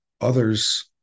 Others